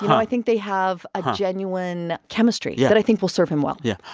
i think they have a genuine chemistry. yeah. that i think will serve him well yeah.